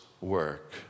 work